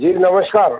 जी नमस्कार